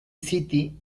city